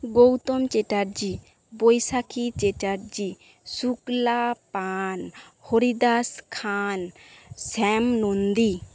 Gautam Chatterjee Baishakhi Chatterjee Shukla Pan Haridas Khan Shyam Nandi